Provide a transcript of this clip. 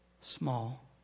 small